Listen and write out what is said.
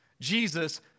Jesus